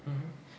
mmhmm